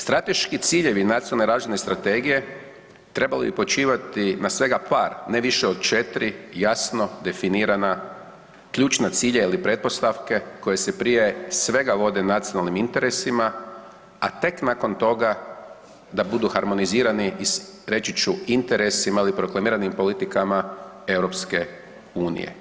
Strateški ciljevi nacionalne razvojne strategije trebali bi počivati na svega par, ne više od 4 jasno definirana ključna cilja ili pretpostavke koje se prije svega vode nacionalnim interesima, a tek nakon toga da budu harmonizirani i reći ću interesima ili proklamiranim politikama EU.